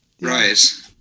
Right